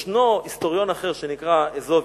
יש היסטוריון אחר שנקרא אוסביוס,